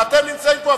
ואתם נמצאים פה,